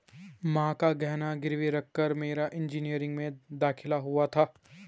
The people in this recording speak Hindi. मां का गहना गिरवी रखकर मेरा इंजीनियरिंग में दाखिला हुआ था